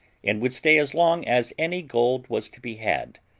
and would stay as long as any gold was to be had,